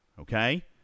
Okay